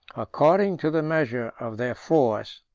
according to the measure of their force,